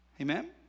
Amen